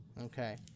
Okay